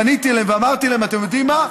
פניתי אליהם ואמרתי להם: אתם יודעים מה?